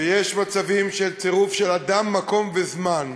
ויש מצבים של צירוף של אדם, מקום וזמן,